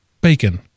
bacon